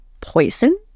poison